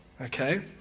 okay